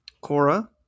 Cora